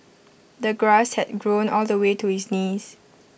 the grass had grown all the way to his knees